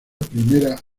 primera